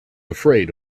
afraid